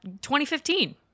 2015